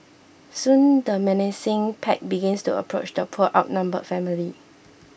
soon the menacing pack began to approach the poor outnumbered family